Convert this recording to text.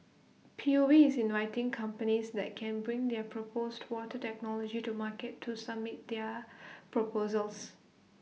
P U B is inviting companies that can bring their proposed water technology to market to submit their proposals